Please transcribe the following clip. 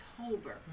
October